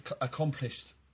accomplished